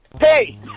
Hey